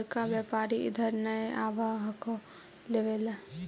बड़का व्यापारि इधर नय आब हको लेबे ला?